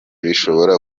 bishobora